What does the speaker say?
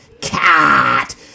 Cat